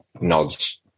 nods